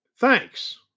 Thanks